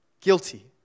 guilty